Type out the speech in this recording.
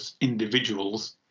individuals